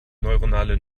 neuronale